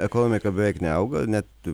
ekonomika beveik neauga net